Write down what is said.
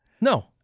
No